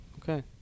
Okay